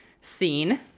scene